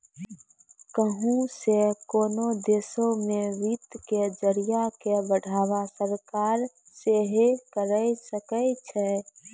कहुं से कोनो देशो मे वित्त के जरिया के बढ़ावा सरकार सेहे करे सकै छै